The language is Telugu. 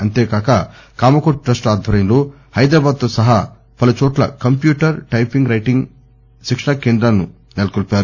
అంతేకాక కామకోటి ట్రస్టు ఆధ్వర్యంలో హైదరాబాద్ తో సహా పలు చోట్ల కంప్యూటర్ టైపు రైటింగ్ శిక్షణా కేంద్రాలను సెలకొల్చారు